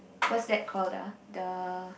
what's that called ah the